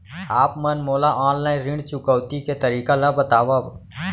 आप मन मोला ऑनलाइन ऋण चुकौती के तरीका ल बतावव?